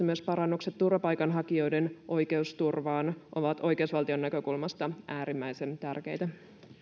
myös parannukset turvapaikanhakijoiden oikeusturvaan ovat oikeusvaltion näkökulmasta äärimmäisen tärkeitä